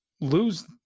lose